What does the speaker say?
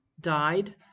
died